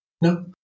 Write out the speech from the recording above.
No